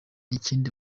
ikindi